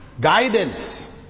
guidance